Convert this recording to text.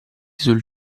sul